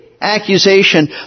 accusation